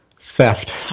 theft